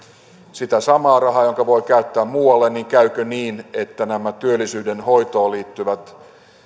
sitä samaa rahaa jonka voi käyttää muualla niin käykö niin että nämä työllisyyden hoitoon liittyvät